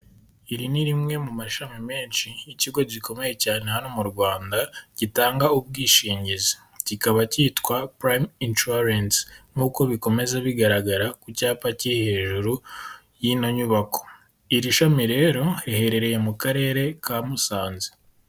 Iri ni rimwe mu mashami menshi y'ikigo gikomeye cyane hano mu Rwanda gitanga ubwishingizi, kikaba cyitwa Prime inshuwarensi nk'uko bikomeza bigaragara ku cyapa kiri hejuru y'ino nyubako, iri shami rero riherereye mu karere ka Musanze.